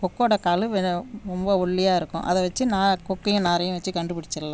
கொக்கோடய கழுத்து வந்து ரொம்ப ஒல்லியாக இருக்கும் அதை வச்சு நா கொக்கையும் நாரையும் வைச்சு கண்டுபிடிச்சிட்லாம்